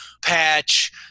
patch